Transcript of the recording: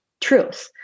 truth